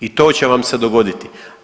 I to će vam se dogoditi.